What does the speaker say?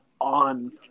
on